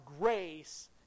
grace